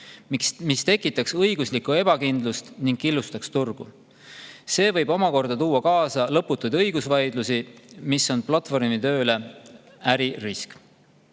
See tekitaks õiguslikku ebakindlust ning killustaks turgu. See võib omakorda tuua kaasa lõputuid õigusvaidlusi, mis on platvormitöö puhul äririsk.